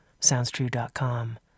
SoundsTrue.com